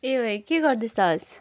ए होइ के गर्दैछस्